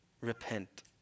Repent